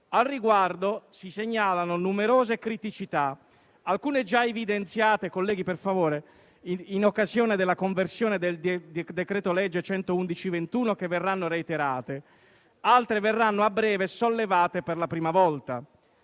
al riguardo, si segnalano numerose criticità; alcune già evidenziate in occasione della conversione del decreto-legge n. 111 del 2021, che verranno reiterate, altre verranno a breve sollevate per la prima volta;